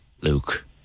Luke